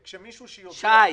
שי,